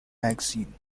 magazine